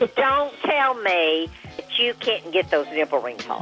ah don't tell me that you can get those nipple rings off